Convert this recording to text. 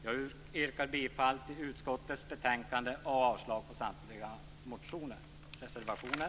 Jag yrkar bifall till utskottets hemställan i betänkandet och avslag på samtliga motioner och reservationer.